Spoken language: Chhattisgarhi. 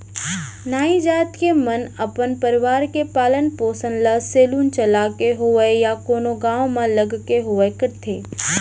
नाई जात के मन अपन परवार के पालन पोसन ल सेलून चलाके होवय या कोनो गाँव म लग के होवय करथे